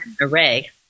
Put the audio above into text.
array